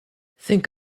think